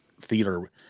theater